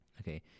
okay